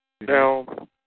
Now